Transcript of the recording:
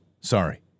Sorry